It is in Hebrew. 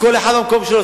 וכל אחד במקום שלו,